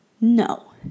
no